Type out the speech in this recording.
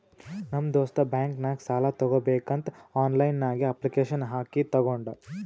ನಮ್ ದೋಸ್ತ್ ಬ್ಯಾಂಕ್ ನಾಗ್ ಸಾಲ ತಗೋಬೇಕಂತ್ ಆನ್ಲೈನ್ ನಾಗೆ ಅಪ್ಲಿಕೇಶನ್ ಹಾಕಿ ತಗೊಂಡ್